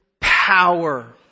power